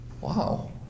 Wow